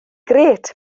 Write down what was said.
grêt